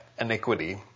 iniquity